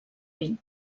ell